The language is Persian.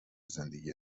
زندگی